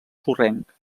sorrenc